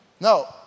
No